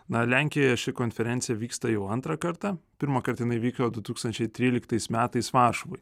na lenkijoje ši konferencija vyksta jau antrą kartą pirmąkart jinai vyko du tūkstančiai tryliktais metais varšuvoje